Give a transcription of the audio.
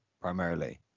Primarily